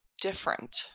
different